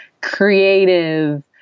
creative